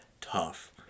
tough